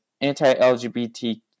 anti-LGBT